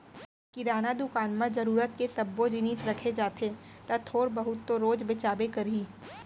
किराना दुकान म जरूरत के सब्बो जिनिस रखे जाथे त थोर बहुत तो रोज बेचाबे करही